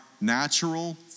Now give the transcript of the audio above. natural